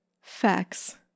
facts